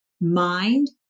Mind